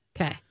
Okay